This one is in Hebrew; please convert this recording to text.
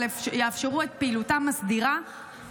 אבל יאפשרו את פעילותם הסדירה,